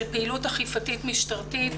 של פעילות אכיפתית משטרתית,